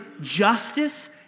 justice